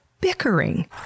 bickering